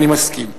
אני מסכים.